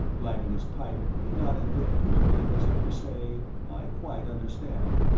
lighting his pipe he nodded good humouredly as if to say, i quite understand.